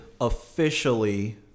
Officially